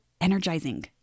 energizing